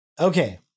Okay